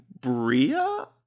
Bria